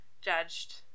judged